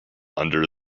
under